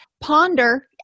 ponder